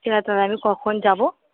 ঠিক আছে তাহলে আমি কখন যাব